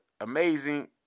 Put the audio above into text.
amazing